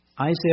Isaiah